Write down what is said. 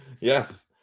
Yes